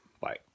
bye